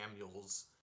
Samuels